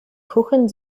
kuchen